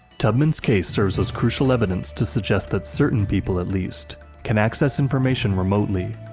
tubman's case serves as crucial evidence to suggest that certain people, at least, can access information remotely,